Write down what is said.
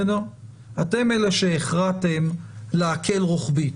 אתם אלה שהכרעתם להקל רוחבית,